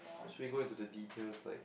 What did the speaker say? straight go in to the details like